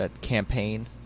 campaign